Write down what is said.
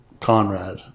Conrad